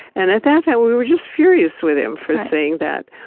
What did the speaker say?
and at that time, we were just furious with him for saying that.